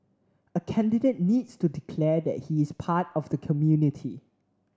a candidate needs to declare that he is part of the community